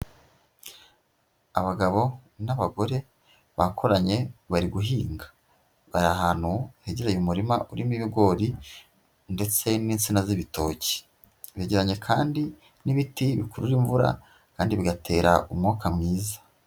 Abagabo n'abagore bakoranye, bari guhinga. Bari ahantu hegereye umurima urimo ibigori ndetse n'insina z'ibitoki. Begeranye kandi n'ibiti bikurura imvura kandi bigatera umwuka mwiza.